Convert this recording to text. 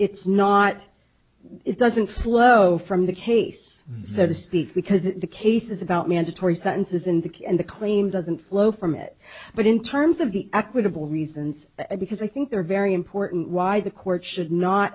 it's not it doesn't flow from the case so to speak because the case is about mandatory sentences in the in the claim doesn't flow from it but in terms of the equitable reasons because i think they're very important why the court should not